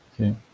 okay